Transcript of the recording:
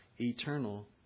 eternal